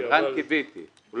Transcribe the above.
זה משרד העבודה.